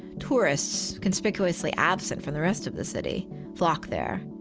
tourists, conspicuously absent from the rest of the city flock there.